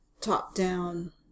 top-down